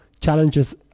challenges